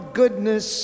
goodness